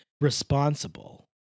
responsible